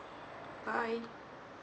bye